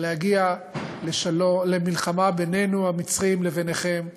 להגיע למלחמה בינינו המצרים לבינכם היהודים.